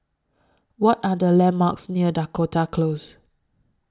What Are The landmarks near Dakota Close